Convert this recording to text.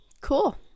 Cool